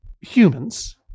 humans